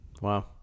Wow